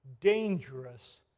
dangerous